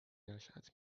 نشات